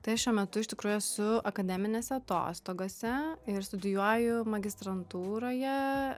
tai aš šiuo metu iš tikrųjų esu akademinėse atostogose ir studijuoju magistrantūroje